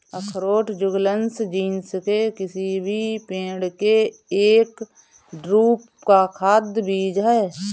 अखरोट Juglans genus के किसी भी पेड़ के एक ड्रूप का खाद्य बीज है